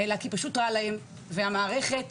רע להם, והמערכת